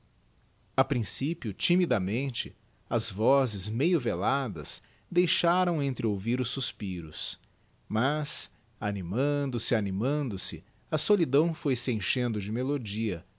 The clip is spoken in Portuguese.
a principio timidamente as vozes meio veladas deixaram entre ouvir os suspiros mas animando se animando se a solidão foi se enchendo de melodia